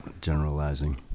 generalizing